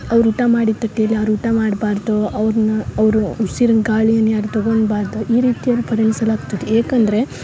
ಅವ್ರ ಊಟ ಮಾಡಿದ ತಟ್ಟೇಲಿ ಯಾರು ಊಟ ಮಾಡ್ಬಾರದು ಅವ್ರ್ನ ಅವರು ಉಸಿರಿನ ಗಾಳಿಯನ್ನ ಯಾರು ತಗೊಳ್ಬಾರ್ದು ಈ ರೀತಿಯಾಗಿ ಪರಿಣಿಸಲಾಗ್ತದೆ ಏಕಂದರೆ